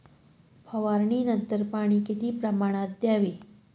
फवारणीनंतर पाणी किती प्रमाणात द्यावे?